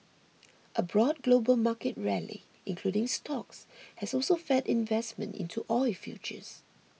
a broad global market rally including stocks has also fed investment into oil futures